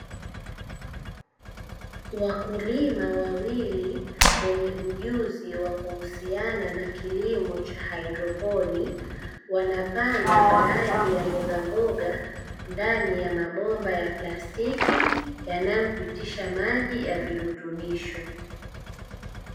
Wakulima wawili wenye ujuzi kuhusiana na kilimo cha haidroponi, wanapanda baadhi ya mbogamboga ndani ya mabomba ya plastiki yanayopitisha maji ya virutubisho .